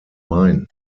main